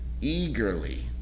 eagerly